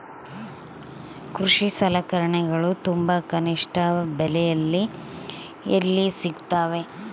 ಕೃಷಿ ಸಲಕರಣಿಗಳು ತುಂಬಾ ಕನಿಷ್ಠ ಬೆಲೆಯಲ್ಲಿ ಎಲ್ಲಿ ಸಿಗುತ್ತವೆ?